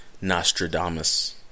Nostradamus